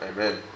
Amen